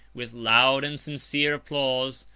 with loud and sincere applause,